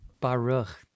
Baruch